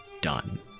done